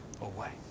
away